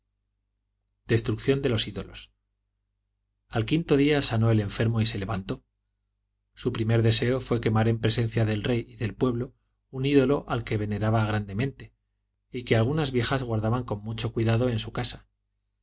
destrucción de los ídolos al quinto día sanó el enfermo y se levantó su primer deseo fué quemar en presencia del rey y del pueblo un ídolo al que veneraba grandemente y que algunas viejas guardaban con mucho cuidado en su casa